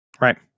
Right